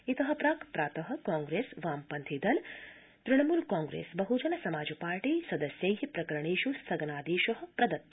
इत प्राक् प्रात कांप्रेस वामपंथीदल तृणमूल कांप्रेस बहजन समाज पार्टी सदस्यै प्रकरणेष् स्थगनादेश प्रदत्त